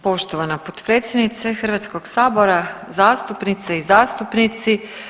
Poštovana potpredsjednice Hrvatskog sabora, zastupnice i zastupnici.